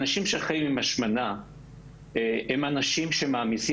אנשים שחיים עם השמנה הם אנשים שמעמיסים